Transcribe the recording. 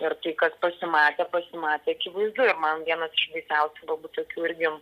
ir tai kas pasimatė pasimatė akivaizdu ir man vienas iš baisiausių galbūt tokių irgi